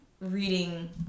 reading